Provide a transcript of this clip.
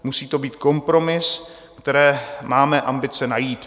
Musí to být kompromis, který máme ambice najít.